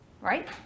right